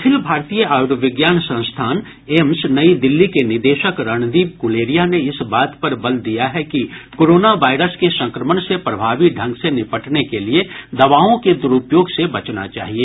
अखिल भारतीय आयुर्विज्ञान संस्थान एम्स नई दिल्ली के निदेशक रणदीप गुलेरिया ने इस बात पर बल दिया है कि कोरोना वायरस के संक्रमण से प्रभावी ढंग से निपटने के लिए दवाओं के दुरुपयोग से बचना चाहिए